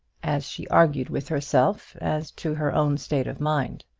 as she argued with herself as to her own state of mind.